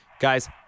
guys